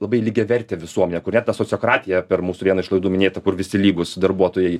labai lygiavertė visuomenė kur yra ta sociokratija per mūsų vien išlaidų minėta kur visi lygūs darbuotojai